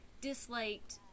disliked